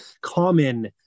common